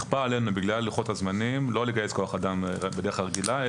בגלל לוחות הזמנים נכפה עלינו לא לגייס כוח אדם בדרך הרגילה,